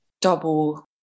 double